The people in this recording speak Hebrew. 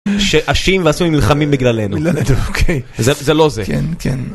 שהשיעים והסונים נלחמים בגללנו. בגללנו, אוקיי. זה לא זה. כן, כן.